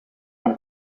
une